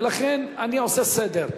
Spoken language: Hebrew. ולכן אני עושה סדר.